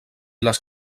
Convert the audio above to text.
les